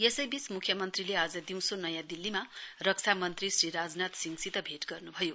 यसैबीच म्ख्यमन्त्रीले आज दिउँसो नयाँ दिल्लीमा रक्षा मन्त्री श्री राजनाथ सिंहसित भेट गर्न्भयो